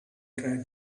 tried